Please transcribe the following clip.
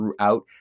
throughout